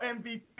MVP